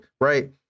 Right